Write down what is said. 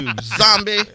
zombie